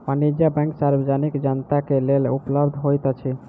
वाणिज्य बैंक सार्वजनिक जनता के लेल उपलब्ध होइत अछि